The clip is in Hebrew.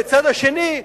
בצד השני,